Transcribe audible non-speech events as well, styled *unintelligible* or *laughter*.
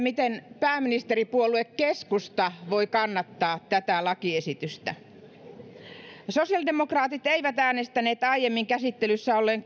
*unintelligible* miten pääministeripuolue keskusta voi kannattaa tätä lakiesitystä sosiaalidemokraatit eivät äänestäneet aiemmin käsittelyssä olleen *unintelligible*